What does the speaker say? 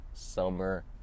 Summer